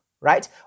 right